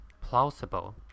plausible